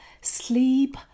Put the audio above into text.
sleep